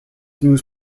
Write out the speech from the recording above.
news